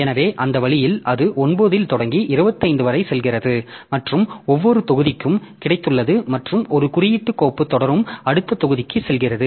எனவே அந்த வழியில் அது 9 இல் தொடங்கி 25 வரை செல்கிறது மற்றும் ஒவ்வொரு தொகுதிக்கும் கிடைத்துள்ளது மற்றும் ஒரு குறியீட்டு கோப்பு தொடரும் அடுத்த தொகுதிக்கு செல்கிறது